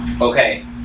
Okay